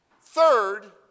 Third